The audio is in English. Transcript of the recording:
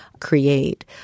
Create